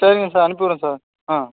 சரிங்க சார் அனுப்பி விட்றேன் சார் ஆ